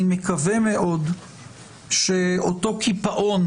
אני מקווה מאוד שאותו קיפאון